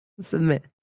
submit